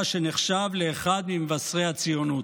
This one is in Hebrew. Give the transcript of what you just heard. שנחשב לאחד ממבשרי הציונות.